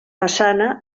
façana